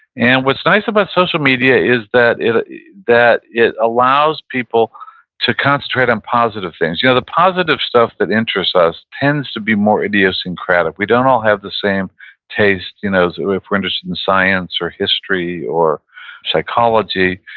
and what's nice about social media is that it that it allows people to concentrate on positive things you know the positive stuff that interests us tends to be more idiosyncratic. we don't all have the same taste, you know so if we're interested in science or history or psychology,